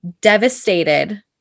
devastated